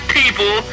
people